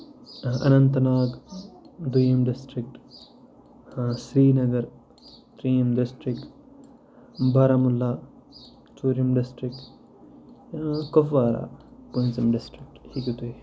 اننت ناگ دوٚیُم district Srinagar ترٛیُم district Baramulla ژوٗرِم ڈِسٹرکٹ کوپوارا پوٗنژِم ڈِسٹرکٹ ہیٚکِو تُہۍ